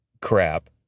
crap